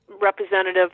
representative